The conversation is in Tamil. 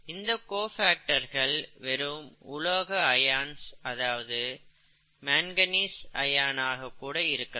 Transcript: இந்த கோபேக்டர்கள் வெறும் உலோக ஐஆன் அதாவது மேன்கணீஸ் ஐஆன் ஆக கூட இருக்கலாம்